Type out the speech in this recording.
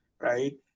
right